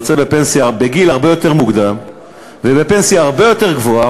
בגיל הרבה יותר מוקדם ובפנסיה הרבה יותר גבוהה,